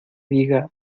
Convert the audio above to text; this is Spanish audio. diga